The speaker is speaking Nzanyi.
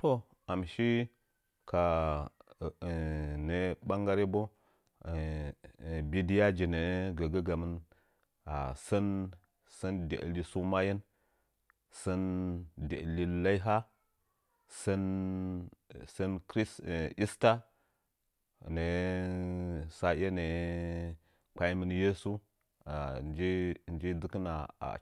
To am shi kaa nə'ə ɓangare bo bidiyaji gəgəgamɨn are sən sə deli su mayen sən deli laihe sən sən chris esther nə'ə saye kpa'imɨn yeso are nji dzɨkina